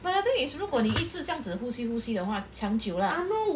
but the thing is 如果你一次这样子呼吸呼吸的话长久 lah